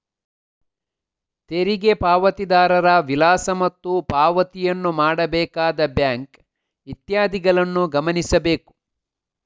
ತೆರಿಗೆ ಪಾವತಿದಾರರ ವಿಳಾಸ ಮತ್ತು ಪಾವತಿಯನ್ನು ಮಾಡಬೇಕಾದ ಬ್ಯಾಂಕ್ ಇತ್ಯಾದಿಗಳನ್ನು ಗಮನಿಸಬೇಕು